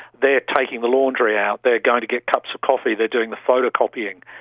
they are taking the laundry out, they are going to get cups of coffee, they're doing the photocopying.